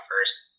first